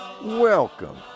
Welcome